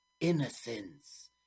innocence